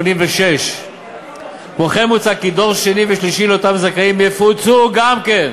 1986. כמו כן מוצע כי דור שני ושלישי לאותם זכאים יפוצו גם כן.